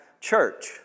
church